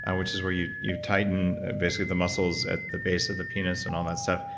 and which is where you you tighten, basically, the muscles at the base of the penis, and all that stuff,